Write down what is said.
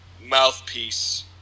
mouthpiece